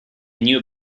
new